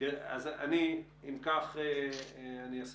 אני אסכם.